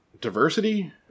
diversity